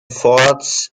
forts